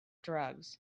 drugs